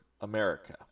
America